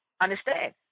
understand